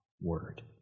word